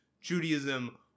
Judaism